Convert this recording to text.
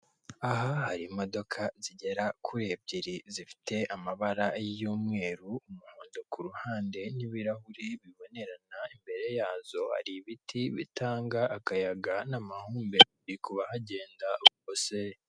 Aha hari imodoka zigera kuri ebyiri zifite amabara y'umweru umuhondo ku ruhande n'ibirahuri bibonerana imbere yazo hari ibiti bitanga akayaga n'amahumbezi ku bahagenda bose.